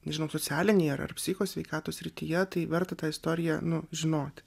nežinau socialinėj ar psicho sveikatos srityje tai verta tą istoriją nu žinot